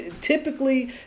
typically